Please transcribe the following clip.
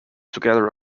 together